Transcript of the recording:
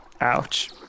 Ouch